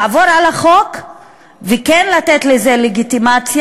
לעבור על החוק וכן לתת לזה לגיטימציה,